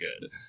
good